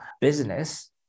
business